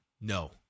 No